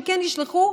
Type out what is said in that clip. שכן נשלחו,